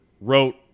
wrote